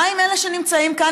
מה עם אלה שנמצאים כאן?